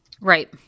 Right